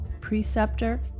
preceptor